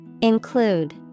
Include